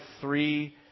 three